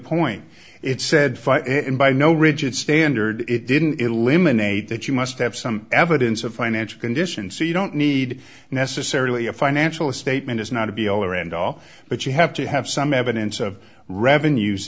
point it's said by no rigid standard it didn't eliminate that you must have some evidence of financial condition so you don't need necessarily a financial statement is not a be all or end all but you have to have some evidence of revenues